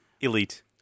Elite